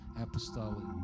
apostolic